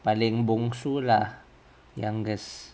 paling bongsu lah youngest